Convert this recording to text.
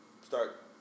start